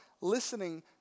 listening